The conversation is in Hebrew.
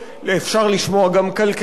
אפשר לשמוע גם כלכלנים,